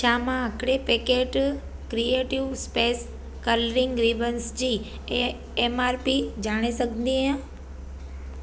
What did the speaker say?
छा मां हिकिड़े packet creative space colouring ribbons G A M R P ॼाणे सघंदी आहियां